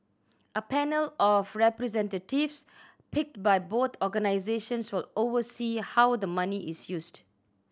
a panel of representatives picked by both organisations will oversee how the money is used